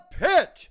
pit